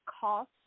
cost